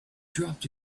dropped